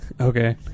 Okay